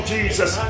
Jesus